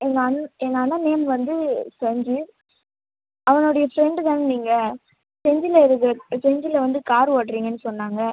எங்கள் அண் எங்கள் அண்ணா நேம் வந்து சஞ்சீவ் அவனோடைய ஃப்ரெண்ட் தானே நீங்க செஞ்சியில் இருக்க செஞ்சியில் வந்து கார் ஓட்டுறீங்கனு சொன்னாங்க